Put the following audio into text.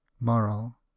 Moral